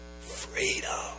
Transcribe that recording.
freedom